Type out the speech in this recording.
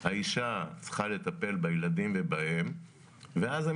האישה צריכה לטפל בילדים ובהם ואז הם